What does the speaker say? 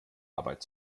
arbeit